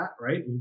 right